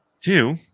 Two